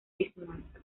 bismarck